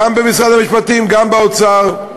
גם במשרד המשפטים וגם באוצר,